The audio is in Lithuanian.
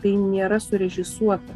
tai nėra surežisuota